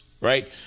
right